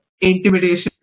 intimidation